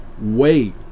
wait